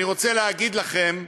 אני רוצה להגיד לכם,